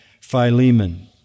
Philemon